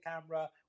camera